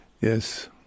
Yes